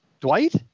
Dwight